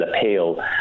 appeal